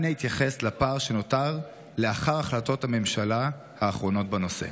אנא התייחס לפער שנותר לאחר החלטות הממשלה האחרונות בנושא.